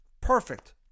Perfect